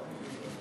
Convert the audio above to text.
נתקבלו.